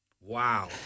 Wow